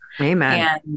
Amen